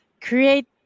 create